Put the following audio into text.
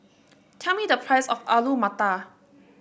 tell me the price of Alu Matar